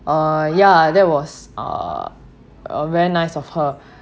uh yeah that was uh a very nice of her